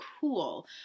cool